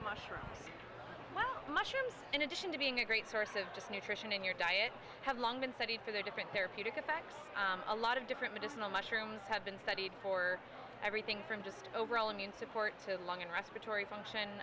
mushroom mushrooms in addition to being a great source of just nutrition in your diet have long been studied for their different therapeutic effects a lot of different medicinal mushrooms have been studied for everything from just overall immune support to lung and respiratory